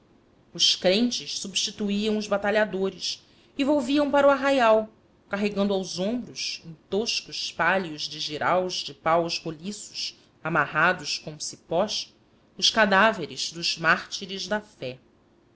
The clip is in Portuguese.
os crentes substituíam os batalhadores e volviam para o arraial carregando aos ombros em toscos pálios de jiraus de paus roliços amarrados com cipós os cadáveres dos mártires da fé